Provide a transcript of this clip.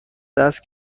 دست